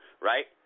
right